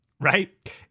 Right